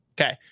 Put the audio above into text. Okay